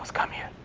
come here.